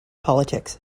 politics